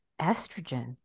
estrogen